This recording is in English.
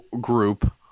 group